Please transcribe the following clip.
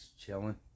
chilling